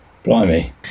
Blimey